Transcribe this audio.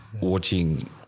watching